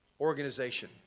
organization